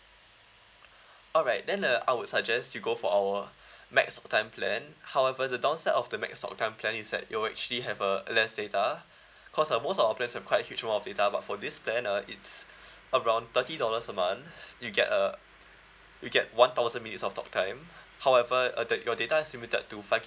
alright then uh I would suggest you go for our max talk time plan however the downside of the max talk time plan is that you will actually have a less data cause like most of our plans have a huge amount of data but for this plan ah it's around thirty dollars a month you get a you get one thousand minutes of talk time however uh da~ your data is limited to five